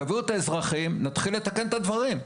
תביאו את האזרחים ונתחיל לתקן את הדברים.